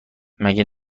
مگه